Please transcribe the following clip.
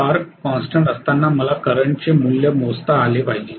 torque constant असताना मला करंटचे मूल्य मोजता आले पाहिजे